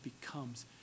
becomes